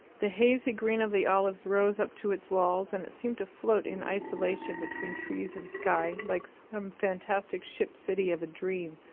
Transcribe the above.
the hazy green of the olives rose up to its walls, and it seemed to float in isolation between trees and sky, like some fantastic ship city of a dream.